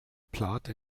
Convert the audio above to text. plath